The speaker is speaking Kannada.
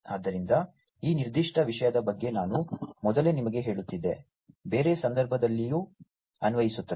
ಆದ್ದರಿಂದ ಈ ನಿರ್ದಿಷ್ಟ ವಿಷಯದ ಬಗ್ಗೆ ನಾನು ಮೊದಲೇ ನಿಮಗೆ ಹೇಳುತ್ತಿದ್ದೆ ಬೇರೆ ಸಂದರ್ಭದಲ್ಲಿಯೂ ಅನ್ವಯಿಸುತ್ತದೆ